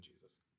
Jesus